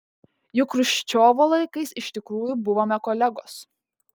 juk chruščiovo laikais iš tikrųjų buvome kolegos